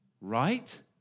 Right